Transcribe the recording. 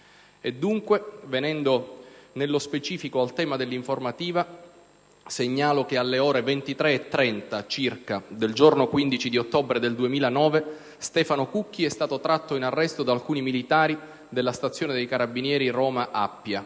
dunque, venendo nello specifico al tema dell'informativa, segnalo che, alle ore 23,30 circa del giorno 15 ottobre 2009, Stefano Cucchi è stato tratto in arresto da alcuni militari della stazione dei carabinieri Roma-Appia